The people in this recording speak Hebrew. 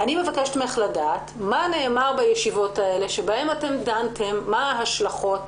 אני מבקשת לדעת ממך מה נאמר בישיבות האלה שבהן דנתם מה ההשלכות.